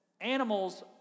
Animals